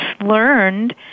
learned